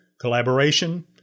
collaboration